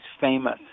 famous